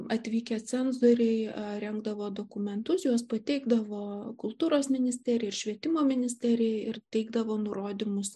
atvykę cenzoriai rengdavo dokumentus juos pateikdavo kultūros ministerijai ir švietimo ministerijai ir teikdavo nurodymus